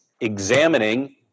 examining